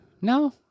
No